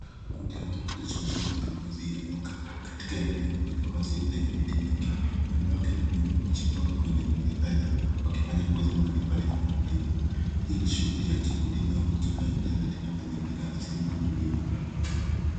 Kundi la watu wanajishughulisha na mazoezi ya yoga katika eneo lenye wazi lenye miti mingi. Wanawake na wanaume wamejipanga kwenye mikeka yao wakifanya pozi mbalimbali kwa utulivu. Hii ni shughuli ya jikundi inayofanyika nje katika mazingira asili na tulivu.